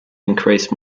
increased